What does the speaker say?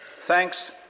thanks